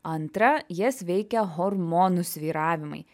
antra jas veikia hormonų svyravimai